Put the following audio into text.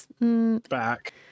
Back